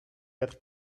être